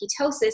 ketosis